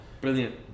brilliant